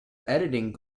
editing